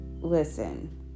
Listen